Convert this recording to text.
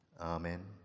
Amen